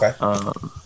Okay